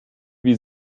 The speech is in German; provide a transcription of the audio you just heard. wie